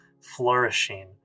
flourishing